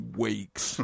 weeks